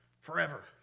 forever